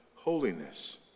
holiness